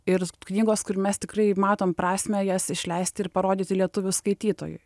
ir knygos kur mes tikrai matom prasmę jas išleist ir parodyti lietuvių skaitytojui